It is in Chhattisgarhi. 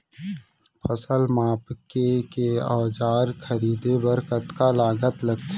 फसल मापके के औज़ार खरीदे बर कतका लागत लगथे?